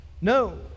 No